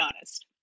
honest